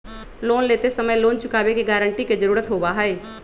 loan लेते समय loan चुकावे के गारंटी के जरुरत होबा हई